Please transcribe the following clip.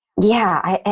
yeah.